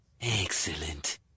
Excellent